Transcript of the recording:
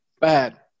Bad